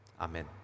Amen